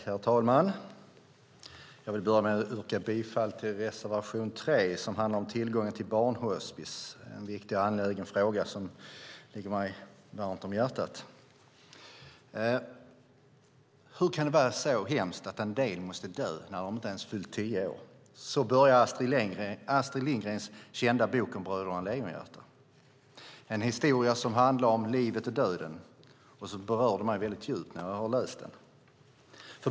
Herr talman! Jag vill börja med att yrka bifall till reservation 3 som handlar om tillgången till barnhospis. Det är en angelägen fråga som ligger mig varmt om hjärtat. Hur kan det vara så hemskt att en del måste dö när de inte ens fyllt tio år? Så börjar Astrid Lindgrens kända bok Bröderna Lejonhjärta . Det är en historia som handlar om livet och döden och som berörde mig djupt när jag läste den.